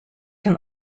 can